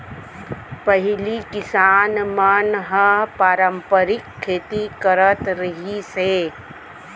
पहिली किसान मन ह पारंपरिक खेती करत रिहिस हे